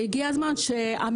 והגיע הזמן שהמלונאות,